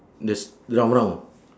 the s~ round round